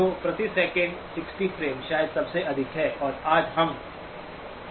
तो प्रति second 60 frame शायद सबसे अधिक है जो आज हम सामना करते हैं